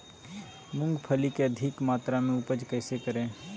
मूंगफली के अधिक मात्रा मे उपज कैसे करें?